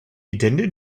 attended